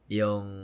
yung